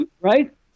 Right